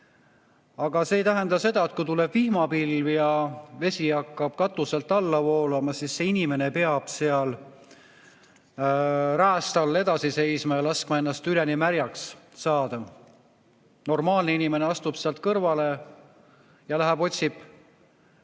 siis see ei tähenda seda, et kui tuleb vihmapilv ja vesi hakkab katuselt alla voolama, peab see inimene seal räästa all edasi seisma ja laskma ennast üleni märjaks saada. Normaalne inimene astub sealt kõrvale ja läheb otsib